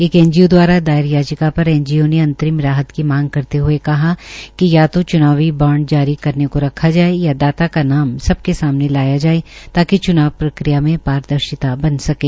एक एनजीओ द्वारा दायर याचिका पर एनजीओ ने अंतरिम राहत की मांग करते हये कहा कि या तो चूनाव बांड जारी करने का रखा जाये या दाता का नाम सबके सामने लाया जाये ताकि च्नाव प्रक्रिया में पारदर्शिता बन सकें